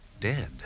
Dead